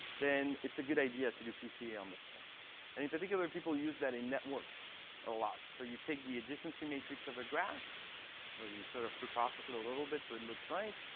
then it's a good idea to do pca on this thing. and in particular, people use that in networks a lot. so you take the adjacency matrix of a graph well, you sort of preprocess it a little bit, so it looks nice.